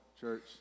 church